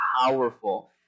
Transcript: powerful